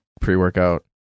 pre-workout